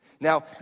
Now